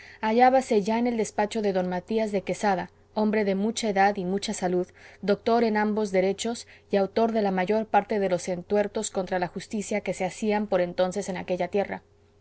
fiesta hallábase ya en el despacho de d matías de quesada hombre de mucha edad y mucha salud doctor en ambos derechos y autor de la mayor parte de los entuertos contra la justicia que se hacían por entonces en aquella tierra